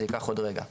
זה ייקח עוד רגע,